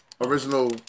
original